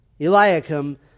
Eliakim